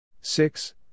six